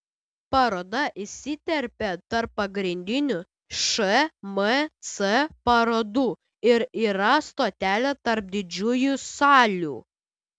paroda įsiterpia tarp pagrindinių šmc parodų ir yra stotelė tarp didžiųjų salių